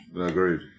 Agreed